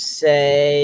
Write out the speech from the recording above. say